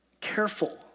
careful